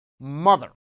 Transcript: mother